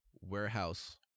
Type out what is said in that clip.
warehouse